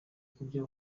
kubyo